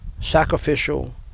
sacrificial